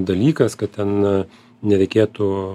dalykas kad ten nereikėtų